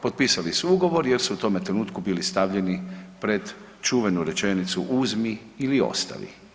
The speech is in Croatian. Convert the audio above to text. Potpisali su ugovor jer su u tome trenutku bili stavljeni pred čuvenu rečenicu „uzmi ili ostavi“